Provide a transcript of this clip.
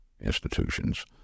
institutions